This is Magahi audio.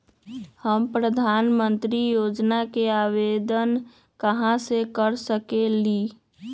हम प्रधानमंत्री योजना के आवेदन कहा से कर सकेली?